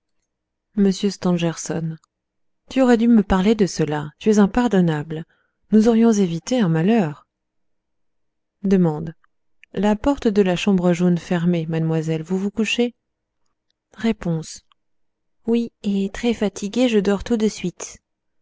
tu aurais dû me parler de cela tu es impardonnable nous aurions évité un malheur d la porte de la chambre jaune fermée mademoiselle vous vous couchez r oui et très fatiguée je dors tout de suite